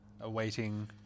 awaiting